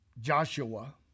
joshua